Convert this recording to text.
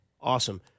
Awesome